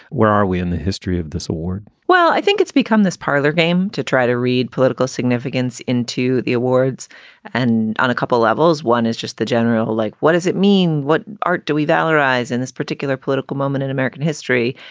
where are we in the history of this award? well, i think it's become this parlor game to try to read political significance into the awards and on a couple of levels. one is just the general like, what does it mean? what art do we valorize in this particular political moment in american history?